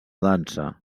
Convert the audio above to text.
dansa